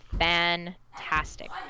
fantastic